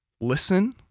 listen